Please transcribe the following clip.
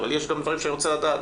אבל יש דברים שאני רוצה לדעת.